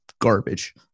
garbage